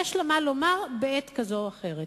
שיש לה מה לומר בעת כזאת או אחרת.